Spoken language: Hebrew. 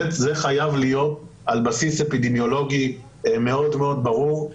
זה חייב להיות על בסיס אפידמיולוגי מאוד מאוד ברור.